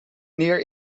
neer